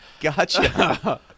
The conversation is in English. Gotcha